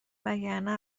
وگرنه